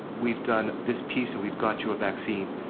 we've done this piece, and we've got you a vaccine.